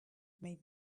made